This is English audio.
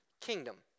kingdom